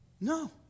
no